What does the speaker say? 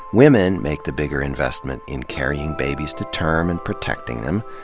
women make the bigger investment in carrying babies to term and protecting them,